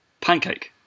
Pancake